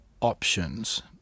options